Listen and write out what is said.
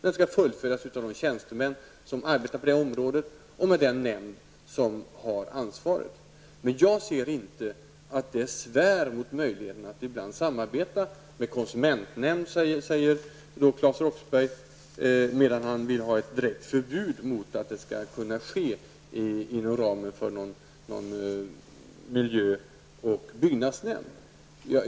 Den skall fullföljas av de tjänstemän som arbetar på det området och av den nämnd som har ansvaret. Jag ser inte att det svär emot möjligheterna att ibland samarbeta, med t.ex. konsumentnämnden, som Claes Roxbergh säger. Han vill däremot ha ett förbud mot att det skall kunna ske inom ramen för en miljö och byggnadsnämnd.